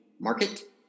market